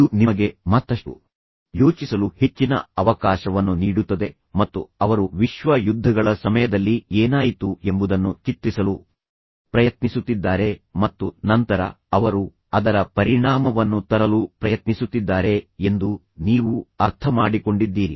ಇದು ನಿಮಗೆ ಮತ್ತಷ್ಟು ಯೋಚಿಸಲು ಹೆಚ್ಚಿನ ಅವಕಾಶವನ್ನು ನೀಡುತ್ತದೆ ಮತ್ತು ಅವರು ವಿಶ್ವ ಯುದ್ಧಗಳ ಸಮಯದಲ್ಲಿ ಏನಾಯಿತು ಎಂಬುದನ್ನು ಚಿತ್ರಿಸಲು ಪ್ರಯತ್ನಿಸುತ್ತಿದ್ದಾರೆ ಮತ್ತು ನಂತರ ಅವರು ಅದರ ಪರಿಣಾಮವನ್ನು ತರಲು ಪ್ರಯತ್ನಿಸುತ್ತಿದ್ದಾರೆ ಎಂದು ನೀವು ಅರ್ಥಮಾಡಿಕೊಂಡಿದ್ದೀರಿ